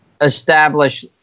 establish